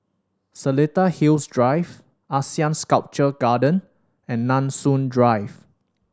Seletar Hills Drive ASEAN Sculpture Garden and Nanson Drive